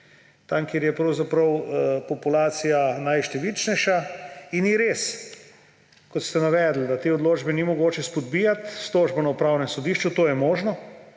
tam, kjer je pravzaprav najštevilčnejša. Ni res, kot ste navedli, da te odločbe ni mogoče spodbijati s tožbo na Upravnem sodišču, to je možno.